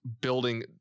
building